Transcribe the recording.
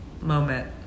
moment